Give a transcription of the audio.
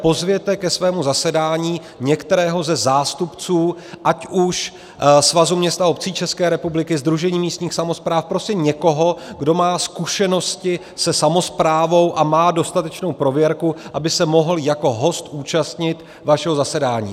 Pozvěte ke svému zasedání některého ze zástupců ať už Svazu měst a obcí České republiky, Sdružení místních samospráv, prostě někoho, kdo má zkušenosti se samosprávou a má dostatečnou prověrku, aby se mohl jako host účastnit vašeho zasedání.